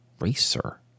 racer